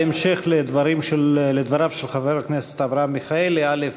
בהמשך לדבריו של חבר הכנסת אברהם מיכאלי, א.